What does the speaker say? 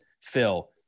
Phil